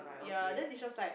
ya then is just like